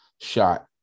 shot